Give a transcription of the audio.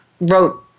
wrote